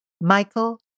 Michael